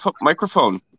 microphone